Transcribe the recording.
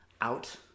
out